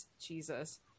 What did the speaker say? Jesus